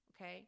okay